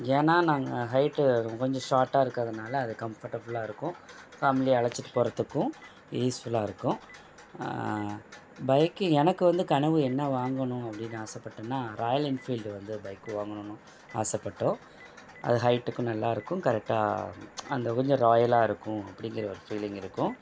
ஏன்னா நாங்கள் ஹைட்டு அது கொஞ்சம் ஷார்ட்டாக இருக்கறதுனால அது கம்ஃபர்ட்டபிளாக இருக்கும் ஃபேமிலியை அழச்சிட்டு போகறதுக்கும் யூஸ்ஃபுல்லாக இருக்கும் பைக்கு எனக்கு வந்து கனவு என்ன வாங்கணும் அப்படின்னு ஆசைப்பட்டேன்னா ராயல் என்ஃபீல்டு வந்து பைக் வாங்கணுன்னு ஆசைப்பட்டோம் அது ஹைட்டுக்கும் நல்லாருக்கும் கரெக்டா அந்த கொஞ்சம் ராயலாக இருக்கும் அப்படிங்கிற ஒரு ஃபீலிங் இருக்கும்